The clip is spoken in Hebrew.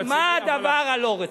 עכשיו, מה הדבר הלא-רציני?